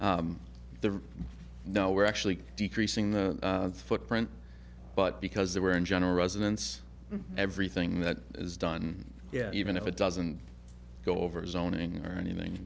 e now we're actually decreasing the footprint but because they were in general residents everything that is done yeah even if it doesn't go over a zoning or anything